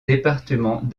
département